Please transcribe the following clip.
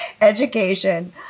education